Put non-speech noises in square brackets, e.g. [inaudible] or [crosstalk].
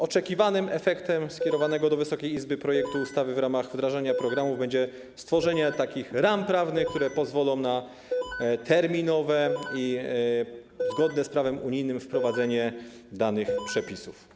Oczekiwanym efektem skierowanego [noise] do Wysokiej Izby projektu ustawy w ramach wdrażania programów będzie stworzenie takich ram prawnych, które pozwolą na terminowe i zgodne z prawem unijnym wprowadzenie danych przepisów.